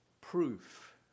proof